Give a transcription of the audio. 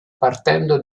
partendo